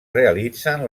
realitzen